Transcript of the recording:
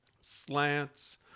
slants